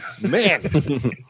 Man